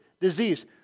disease